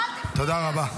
תודה רבה.